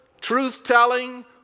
truth-telling